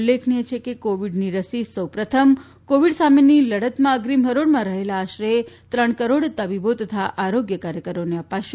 ઉલ્લેખનિય છે કે કોવીડની રસી સૌપ્રથમ કોવીડ સામેની લડતમાં અગ્રીમ હરોળમાં રહેલા આશરે ત્રણ કરોડ તબીબો તથા આરોગ્ય કાર્યકરોને અપાશે